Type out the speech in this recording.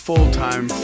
Full-time